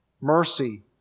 mercy